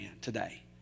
today